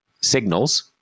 signals